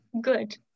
good